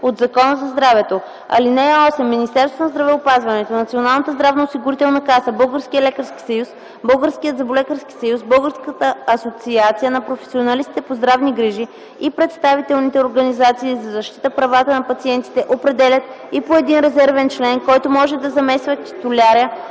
от Закона за здравето. (8) Министерството на здравеопазването, Националната здравноосигурителна каса, Българският лекарски съюз, Българският зъболекарски съюз, Българската асоциация на професионалистите по здравни грижи и представителните организации за защита правата на пациентите определят и по един резервен член, който може да замества титуляра